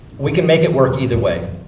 we can make it work either way.